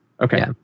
Okay